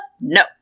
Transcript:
No